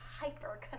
Hyper